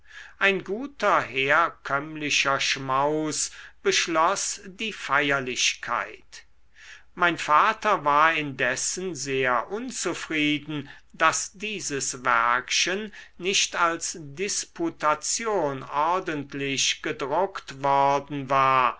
ein guter herkömmlicher schmaus beschloß die feierlichkeit mein vater war indessen sehr unzufrieden daß dieses werkchen nicht als disputation ordentlich gedruckt worden war